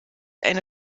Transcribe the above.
eine